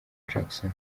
jackson